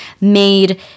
made